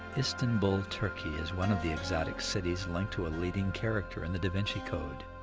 istanbul, turkey is one of the exotic cities. linked to a leading character in the da vinci code.